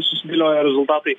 susidėliojo rezultatai